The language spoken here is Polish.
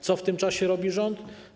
Co w tym czasie robi rząd?